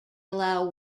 allow